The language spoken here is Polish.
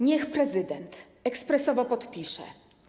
Niech prezydent ekspresowo to podpisze.